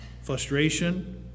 frustration